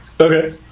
Okay